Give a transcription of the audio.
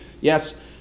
yes